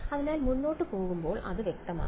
അതിനാൽ മുന്നോട്ട് പോകുമ്പോൾ അത് വ്യക്തമാകും